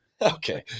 Okay